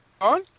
on